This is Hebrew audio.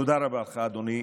תודה רבה לך, אדוני.